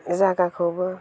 जागाखौबो